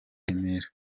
remera